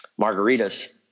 margaritas